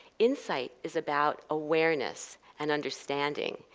insight is about awareness, and understanding,